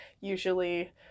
usually